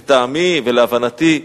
לטעמי ולהבנתי,